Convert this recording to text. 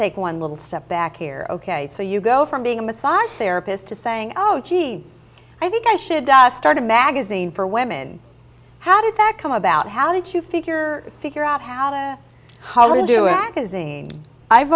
take one little step back here ok so you go from being a massage therapist to saying oh gee i think i should start a magazine for women how did that come about how did you figure figure out how to how